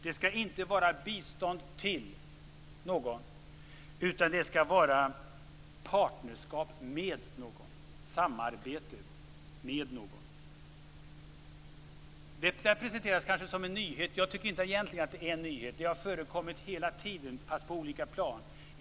Det skall inte vara bistånd till någon, utan det skall vara partnerskap och samarbete med någon. Detta presenteras kanske som en nyhet, men jag tycker egentligen inte att det är någon sådan. Detta har förekommit hela tiden, fast på olika plan.